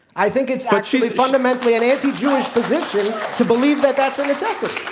i think it's actually fundamentally an anti-jewish position to believe that that's a necessity.